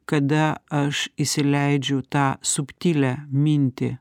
kada aš įsileidžiu tą subtilią mintį